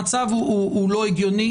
המצב הוא לא הגיוני.